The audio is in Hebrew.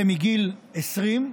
זה מגיל 20,